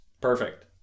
Perfect